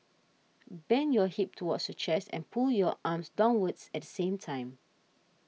bend your hip towards your chest and pull your arms downwards at the same time